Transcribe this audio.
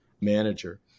manager